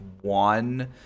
one